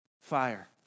fire